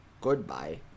Goodbye